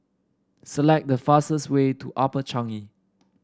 select the fastest way to Upper Changi